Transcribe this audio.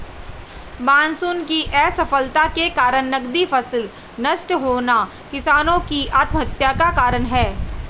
monsoon की असफलता के कारण नकदी फसल नष्ट होना किसानो की आत्महत्या का कारण है